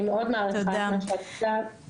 אני מאוד מעריכה את מה שאת עושה.